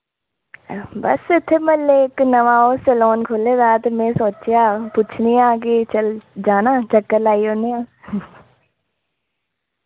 बस इत्थे म्हल्ले इक नवां ओह् सलोन खु'ल्ले दा ते मैं सोचेआ पुच्छनिआं कि चल जाना चक्कर लाई औन्ने आं